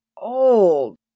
old